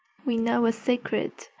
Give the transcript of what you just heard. we know a secret!